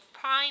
prime